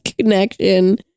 connection